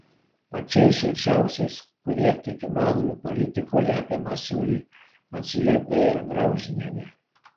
pačiais šilčiausiais kurie tik įmanomi politikoje apie masiulį atsiliepė ir graužinienė